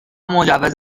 مجوز